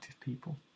people